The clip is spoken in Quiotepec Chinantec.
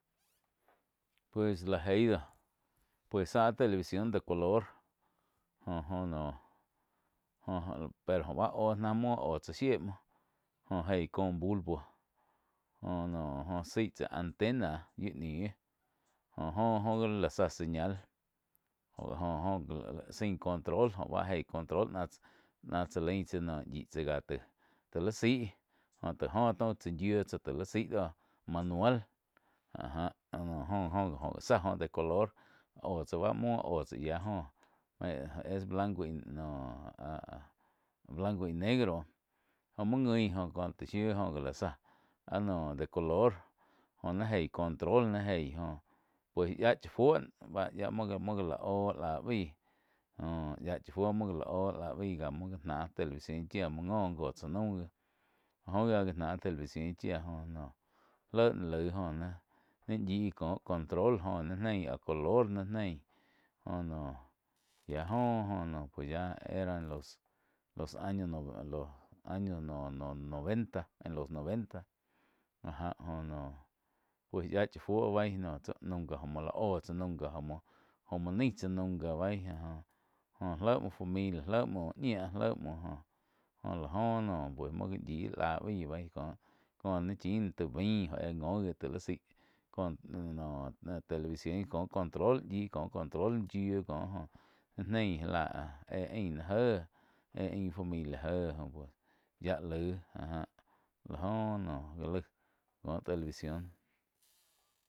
Pues la eig doh pues záh áh televisión de color jóh-joh noh pero jo bá oh náh óh chá shie muo jóh jéi cóh bulbo jó noh zái tsá antena yíu níh jó-jó gi la záh señal, jo la jo sin control joh báh jéi control náh tsá lain tsá yíh tsá cáh te li zaig jóh ti joh taum chá yíu tsáh li zaíg dóh manual áh já no jo-jo oh gi zá oh de color óh tsá báh muoh oh tsá yia joh es blanco noh áh blanco y negro jo muoi nguin coh taih shiu já áh noh de color joh ni eig control ni eih gó pués yía cha fuo nah yía muoh ga-muoh ga lá oh láh baíh jóh yía chá fuo muo gla oh lá baig muo gáh náh televisión chía muo ngo jó tsá naum gi jóh gía gáh náh televisión chía jóh no léh náh laig jóh ná sí cóh control joh ni neih áh color nih neig joh noh yía go oh noh pues yá eran los, los años no lo años no-no noventa en los noventa áh já jóh noh pues yía chá fuo beí noh tsi nunca já má la óh tsá nunca jó mo, jó mo naí tzáh nunca bai jo, léh muo familia léh muo ñia léh muo joh, joh la jóh noh pues muo gá yí lá bai kó naín chin náh ti bain joh peh ngo gi ti li sái kó noh televisión cóh control yíh cóh control yíu cóh jóh naih neíg já lá áh éh ain náh jéh. Eh ain familia jéh joh pues yía laig áh jáh láh joh noh gá laig có televisión.